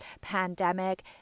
pandemic